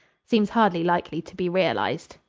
seems hardly likely to be realized.